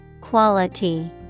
Quality